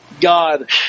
God